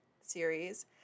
series